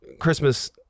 Christmas